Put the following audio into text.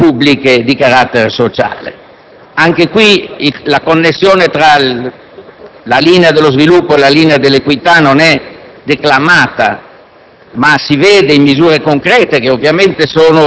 Le politiche di crescita indicate nel Documento non propongono uno sviluppo qualsiasi, ma uno sviluppo caratterizzato da alta qualità tecnica e alta qualità sociale.